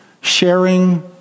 sharing